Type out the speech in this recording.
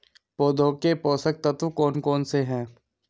पौधों के पोषक तत्व कौन कौन से हैं?